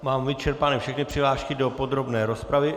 Mám vyčerpané všechny přihlášky do podrobné rozpravy.